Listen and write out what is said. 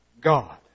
God